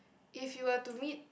if you were to meet